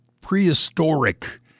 prehistoric